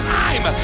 time